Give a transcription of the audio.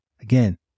Again